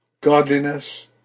godliness